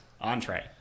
Entree